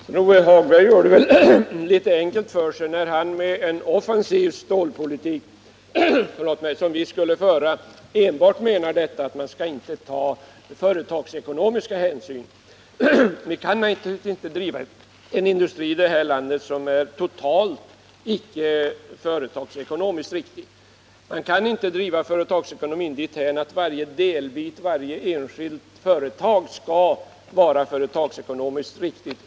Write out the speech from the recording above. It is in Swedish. Herr talman! Lars-Ove Hagberg gör det litet enkelt för sig när han menar att man med den offensiva stålpolitik som vi skulle föra inte enbart skall ta företagsekonomiska hänsyn. Vi kan naturligtvis inte driva en industri i detta land som icke är företagsekonomiskt riktig. Man kan inte driva företagsekonomin dithän att varje enskilt företag skall vara företagsekonomiskt riktigt.